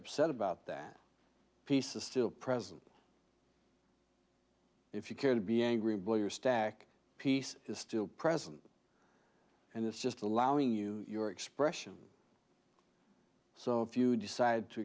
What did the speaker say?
upset about that peace is still present if you care to be angry bill your stack piece is still present and it's just allowing you your expression so if you decide to